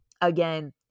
Again